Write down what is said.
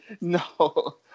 No